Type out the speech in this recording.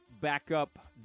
backup